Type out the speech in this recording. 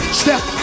step